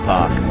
Park